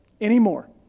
anymore